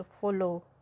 follow